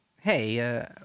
Hey